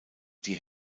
die